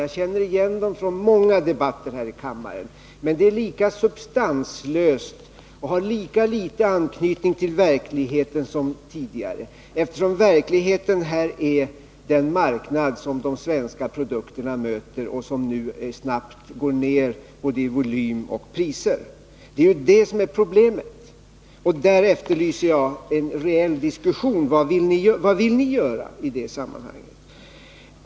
Jag känner igen det här från många debatter här i kammaren. Resonemanget är lika substanslöst och har lika litet anknytning till verkligheten som tidigare. Verkligheten är nämligen den marknad som de svenska produkterna möter, en marknad som nu snabbt går ner både när det gäller volym och priser. Det är ju det som är problemet. Här efterlyser jag en reell diskussion. Vad vill ni göra i detta sammanhang?